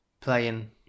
playing